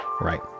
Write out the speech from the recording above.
right